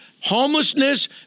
Homelessness